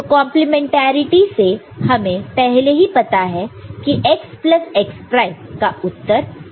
तो कंप्लीमेंट्रिटी से हमें पहले ही पता है कि x प्लस x प्राइम का उत्तर 1 है